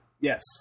Yes